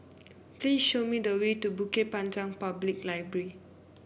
please show me the way to Bukit Panjang Public Library